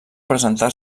presentar